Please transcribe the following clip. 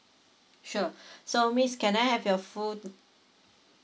sure so miss can I have your full